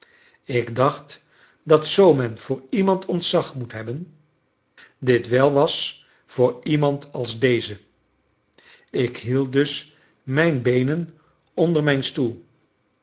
ik dacht dat zoo men voor iemand ontzag moet hebben dit wel was voor iemand als deze ik hield dus mijn beenen onder mijn stoel